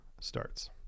starts